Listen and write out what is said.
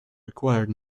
required